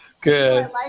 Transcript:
Good